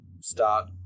start